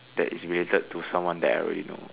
that is related to someone that I already know